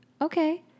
Okay